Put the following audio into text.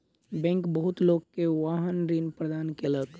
bank बहुत लोक के वाहन ऋण प्रदान केलक